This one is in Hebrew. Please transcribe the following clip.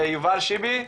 יובל שיבי,